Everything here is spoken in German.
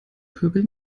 pöbel